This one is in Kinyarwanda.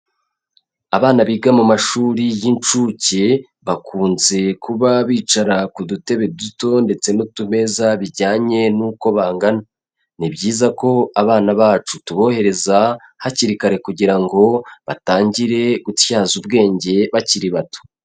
Abana biga mu mashuri y'inshuke bakunze kuba bicara ku dutebe duto ndetse n'utumeza bijyanye n'uko bangana, ni byiza ko abana bacu tubohereza hakiri kare kugira ngo batangire gutyaza ubwenge bakiri bato.